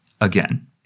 Again